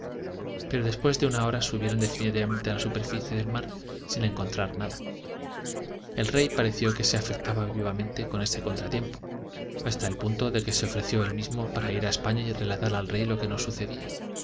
la vía de agua iii primer viaje en torno del mar sin encontrar nada el rey pareció que se afectaba vivamente con este contratiempo hasta el punto de que se ofreció él mismo para ir a españa y relatar al rey lo que nos sucedía